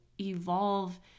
evolve